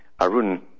Arun